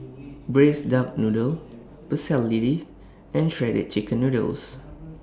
Braised Duck Noodle Pecel Lele and Shredded Chicken Noodles